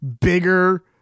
bigger